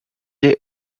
est